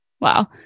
Wow